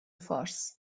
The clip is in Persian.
فارس